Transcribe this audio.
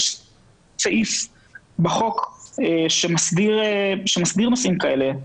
יש סעיף בחוק שמסדיר נושאים כאלה,